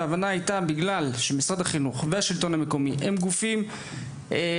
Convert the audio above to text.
וההבנה הייתה שבגלל שמשרד החינוך והשלטון המקומי הם גופים מוכרים,